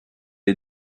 est